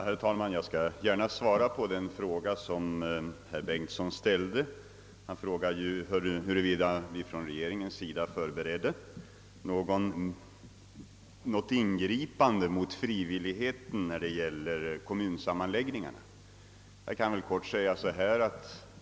Herr talman! Jag vill gärna svara på den fråga som herr Bengtson i Solna ställde, nämligen huruvida regeringen förbereder något ingripande rörande frivilligheten när det gäller kommunsammanläggningar.